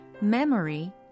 Memory